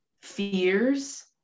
fears